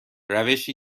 روشی